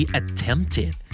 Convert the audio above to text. attempted